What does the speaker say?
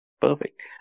Perfect